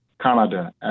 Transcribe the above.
Canada